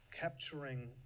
capturing